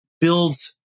builds